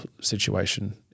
situation